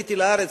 עליתי לארץ,